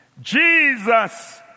Jesus